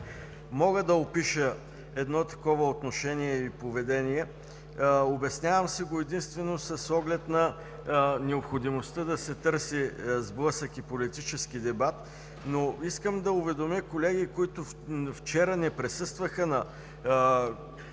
мога да опиша едно такова отношение и поведение. Обяснявам си го единствено с оглед на необходимостта да се търси сблъсък и политически дебат. Искам да уведомя колегите, които вчера не присъстваха на